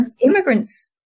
Immigrants